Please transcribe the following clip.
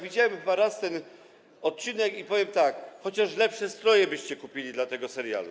Widziałem chyba raz odcinek i powiem tak: chociaż lepsze stroje byście kupili dla tego serialu.